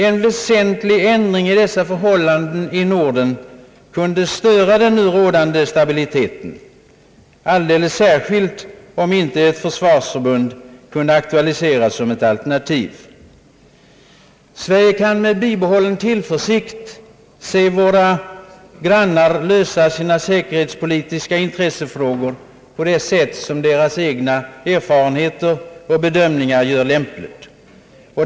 En väsentlig ändring i dessa förhållanden i Norden kunde störa den nu rådande stabilite ten, alldeles särskilt om inte ett försvarsförbund kunde aktualiseras som alternativ. Sverige kan med bibehållen tillförsikt se sina grannar lösa sina säkerhetspolitiska intresseproblem på det sätt som deras egna erfarenheter och bedömningar gör lämpligt.